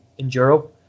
enduro